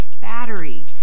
battery